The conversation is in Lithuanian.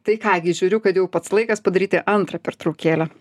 tai ką gi žiūriu kad jau pats laikas padaryti antrą pertraukėlę